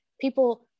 people